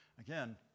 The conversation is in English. Again